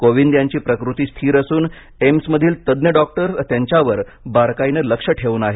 कोविंद यांची प्रकृती स्थिर असून एम्समधील तज्ञ डॉक्टर्स त्यांच्यावर बारकाईनं लक्ष ठेवून आहेत